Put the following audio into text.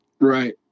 right